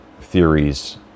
theories